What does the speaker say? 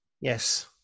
yes